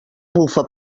bufa